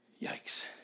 Yikes